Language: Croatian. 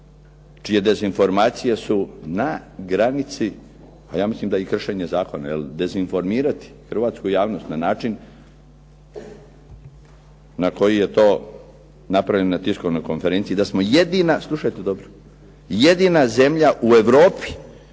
čije dezinformacije su na granici, pa ja mislim da i kršenje zakona jel', dezinformirati hrvatsku javnost na način na koji je to napravljeno na tiskovnoj konferenciji, da smo jedina, slušajte dobro, jedina zemlja u Europi